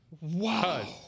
wow